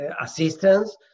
Assistance